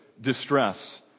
distress